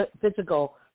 physical